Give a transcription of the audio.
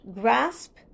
grasp